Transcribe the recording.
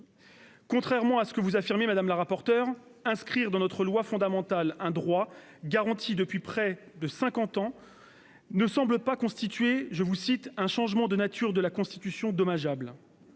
Contrairement à ce vous affirmez, madame la rapporteur, l'inscription dans notre loi fondamentale d'un droit garanti depuis près de cinquante ans ne semble pas constituer un « changement de nature de la Constitution dommageable ».